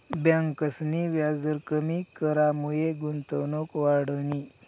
ब्यांकसनी व्याजदर कमी करामुये गुंतवणूक वाढनी